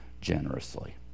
generously